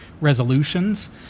resolutions